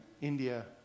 India